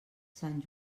sant